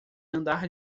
andar